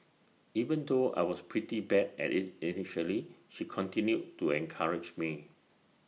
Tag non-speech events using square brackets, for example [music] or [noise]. [noise] even though I was pretty bad at IT initially she continued to encourage me